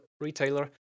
retailer